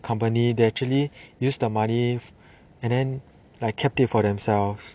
company they actually use the money and then like kept it for themselves